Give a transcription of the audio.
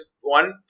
one